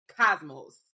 cosmos